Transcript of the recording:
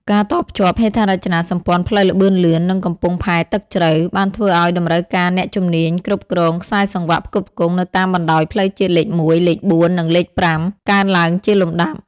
ការតភ្ជាប់ហេដ្ឋារចនាសម្ព័ន្ធផ្លូវល្បឿនលឿន និងកំពង់ផែទឹកជ្រៅ បានធ្វើឱ្យតម្រូវការអ្នកជំនាញគ្រប់គ្រងខ្សែសង្វាក់ផ្គត់ផ្គង់នៅតាមបណ្ដោយផ្លូវជាតិលេខ ១, លេខ ៤ និងលេខ ៥ កើនឡើងជាលំដាប់។